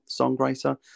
songwriter